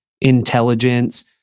intelligence